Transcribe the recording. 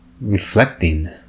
reflecting